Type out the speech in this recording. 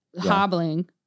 hobbling